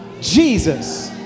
jesus